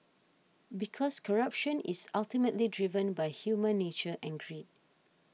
because corruption is ultimately driven by human nature and greed